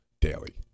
daily